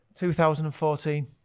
2014